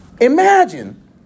Imagine